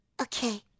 Okay